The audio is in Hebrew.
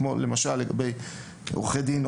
כמו לגבי עורכי דין,